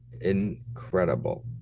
incredible